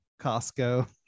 Costco